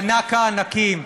ענק הענקים,